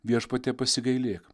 viešpatie pasigailėk